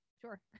sure